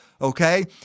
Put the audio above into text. Okay